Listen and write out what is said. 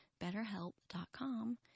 betterhelp.com